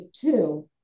two